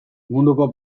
munduko